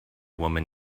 woman